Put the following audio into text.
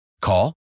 Call